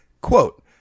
quote